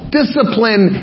discipline